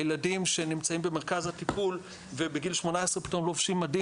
הילדים שנמצאים במרכז הטיפול ובגיל 18 פתאום לובשים מדים,